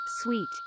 sweet